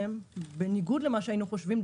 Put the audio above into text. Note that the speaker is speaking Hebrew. בניגוד למה שהיינו חושבים,